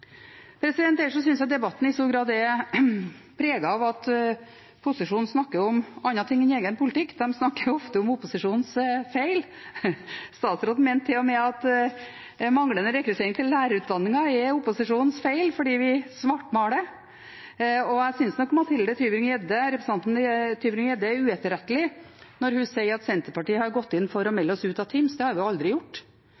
jeg debatten i stor grad er preget av at posisjonen snakker om andre ting enn egen politikk. De snakker ofte om opposisjonens feil. Statsråden mente til og med at manglende rekruttering til lærerutdanningen er opposisjonens feil fordi vi svartmaler. Jeg synes nok representanten Mathilde Tybring-Gjedde er uetterrettelig når hun sier at Senterpartiet har gått inn for å